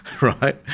right